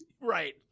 Right